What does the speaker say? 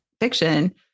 fiction